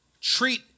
treat